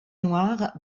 noirs